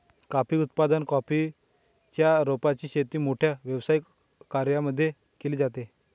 coffee उत्पादन, coffee च्या रोपांची शेती मोठ्या व्यावसायिक कर्यांमध्ये केली जाते